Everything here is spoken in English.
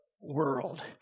world